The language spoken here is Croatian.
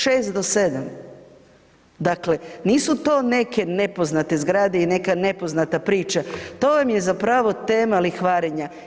6 do 7. Dakle nisu to neke nepoznate zgrade i neka nepoznata priča, to vam je zapravo tema lihvarenja.